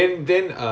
mm